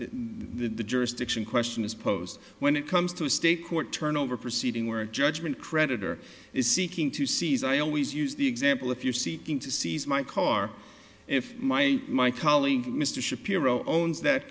the jurisdiction question is posed when it comes to a state court turnover proceeding where a judgment creditor is seeking to seize i always use the example if you're seeking to seize my car if my my colleague mr shapiro owns that